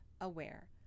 aware